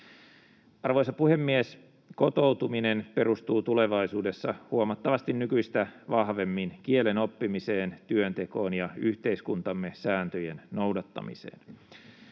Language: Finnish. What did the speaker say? Arvoisa puhemies! Kotoutuminen perustuu tulevaisuudessa huomattavasti nykyistä vahvemmin kielen oppimiseen, työntekoon ja yhteiskuntamme sääntöjen noudattamiseen.